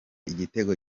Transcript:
igitego